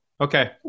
Okay